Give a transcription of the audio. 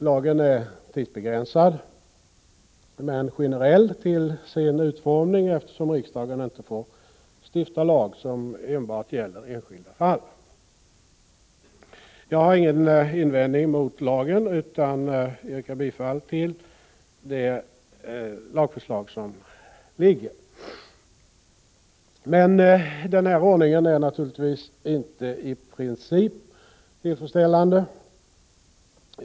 Lagen är tidsbegränsad men generell till sin utformning, eftersom riksdagen inte får stifta lag som enbart gäller enskilda fall. Jag har ingen invändning mot lagen utan yrkar bifall till det lagförslag som föreligger. Men den här ordningen är naturligtvis inte i princip tillfredsställande.